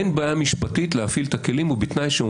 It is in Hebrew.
אין בעיה משפטית להפעיל את הכלים ובתנאי שהם